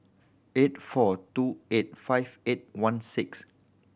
eight four two eight five eight one six